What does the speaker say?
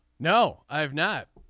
no i've not.